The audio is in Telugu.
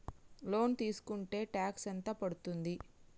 లోన్ తీస్కుంటే టాక్స్ ఎంత పడ్తుంది?